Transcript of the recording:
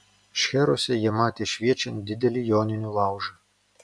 šcheruose jie matė šviečiant didelį joninių laužą